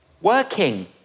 Working